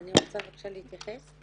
אני רוצה בבקשה להתייחס.